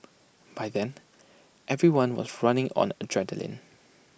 by then everyone was running on adrenaline